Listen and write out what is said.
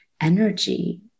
energy